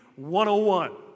101